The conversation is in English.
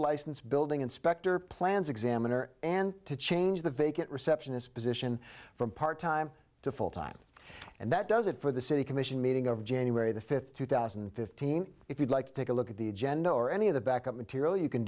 license building inspector plans examiner and to change the vacant receptionist position from part time to full time and that does it for the city commission meeting of january the fifth two thousand and fifteen if you'd like to take a look at the agenda or any of the backup material you can